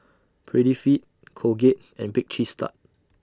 Prettyfit Colgate and Bake Cheese Tart